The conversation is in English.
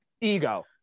ego